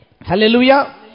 Hallelujah